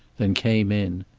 then came in.